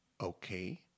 Okay